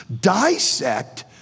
Dissect